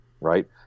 right